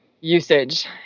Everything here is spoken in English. Usage